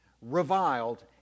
reviled